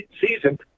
season